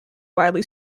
widely